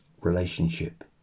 relationship